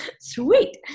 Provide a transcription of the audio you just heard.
Sweet